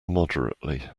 moderately